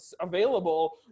available